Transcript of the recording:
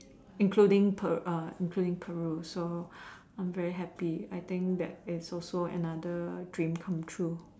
including including Peru so I am very happy I think it's also another dream come true